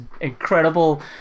incredible